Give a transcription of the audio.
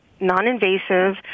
non-invasive